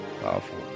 Powerful